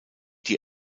die